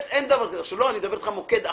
אני מדבר על מוקד אחוד.